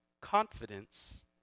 confidence